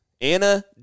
Anna